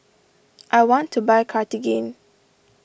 I want to buy Cartigain